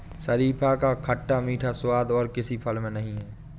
शरीफा का खट्टा मीठा स्वाद और किसी फल में नही है